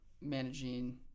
managing